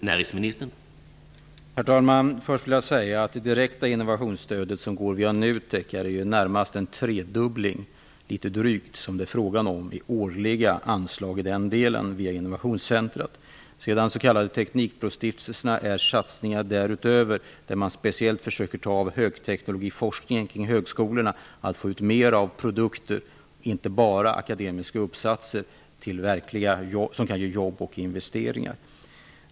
Herr talman! Jag vill först säga att de årliga anslagen till det direkta innovationsstöd som förmedlas via NUTEK:s innovationscentrum har drygt tredubblats. De s.k. teknikbrostiftelserna är satsningar därutöver, där man speciellt försöker att få ut mer av produkter från högskolornas högteknologiforskning, inte bara akademiska uppsatser utan sådant som kan ge verkliga jobb och investeringar.